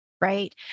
Right